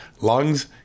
lungs